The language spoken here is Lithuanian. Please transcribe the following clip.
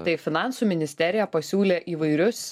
tai finansų ministerija pasiūlė įvairius